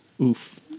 Oof